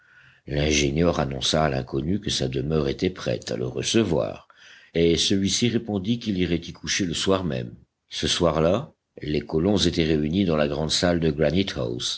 l'ingénieur annonça à l'inconnu que sa demeure était prête à le recevoir et celui-ci répondit qu'il irait y coucher le soir même ce soir-là les colons étaient réunis dans la grande salle de